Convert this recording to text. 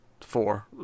four